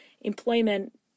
employment